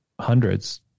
hundreds